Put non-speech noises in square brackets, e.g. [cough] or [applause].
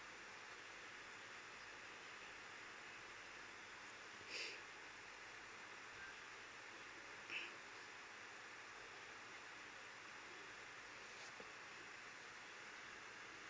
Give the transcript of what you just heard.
[breath]